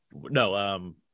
no